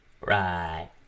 Right